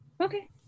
okay